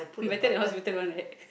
better than hospital one right